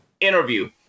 interview